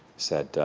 said,